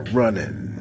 running